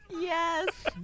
Yes